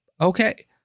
okay